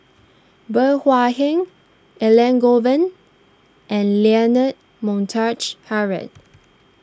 Bey Hua Heng Elangovan and Leonard Montague Harrod